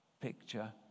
picture